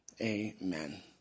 Amen